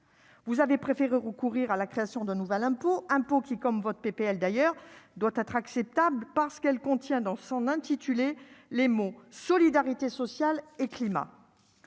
vous avez préféré recourir à la création de nous à l'impôt, impôt qui, comme votre PPL d'ailleurs doit être acceptable parce qu'elle contient dans son intitulé Les mots solidarité sociale et climat,